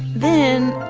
then